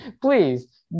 Please